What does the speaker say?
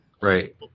Right